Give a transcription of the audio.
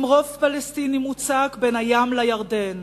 עם רוב פלסטיני מוצק בין הים לירדן.